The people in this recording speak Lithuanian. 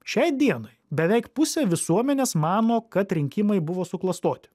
šiai dienai beveik pusė visuomenės mano kad rinkimai buvo suklastoti